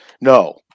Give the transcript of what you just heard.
no